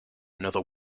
another